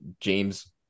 James